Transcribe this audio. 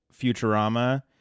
Futurama